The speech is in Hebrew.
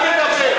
אז נדבר.